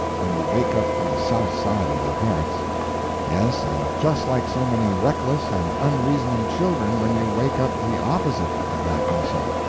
when you wake up the south side of their hearts yes, and just like so many reckless and unreasoning children when you wake up the opposite of that muscle.